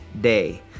day